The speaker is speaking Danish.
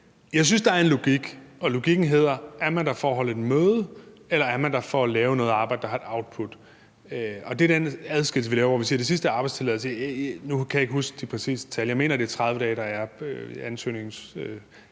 Jeg synes, der er en logik, og logikken hedder: Er man der for at holde et møde, eller er man der for at lave noget arbejde, der har et output? Det er den adskillelse, vi laver. Nu kan jeg ikke huske de præcise tal, men jeg mener, at behandlingstiden